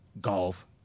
Golf